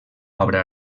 obra